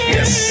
Yes